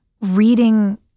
reading